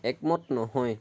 একমত নহয়